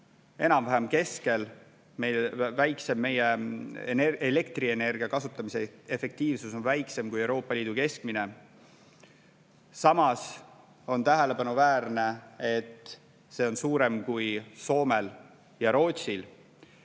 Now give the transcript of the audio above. enam-vähem keskel, meie elektrienergia kasutamise efektiivsus on väiksem kui Euroopa Liidu keskmine. Samas on tähelepanuväärne, et see on suurem kui Soomel ja Rootsil.